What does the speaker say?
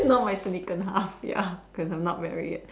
you know my significant half ya cause I'm not marry yet